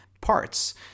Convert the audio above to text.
parts